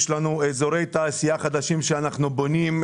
יש לנו אזורי תעשייה חדשים שאנחנו בונים.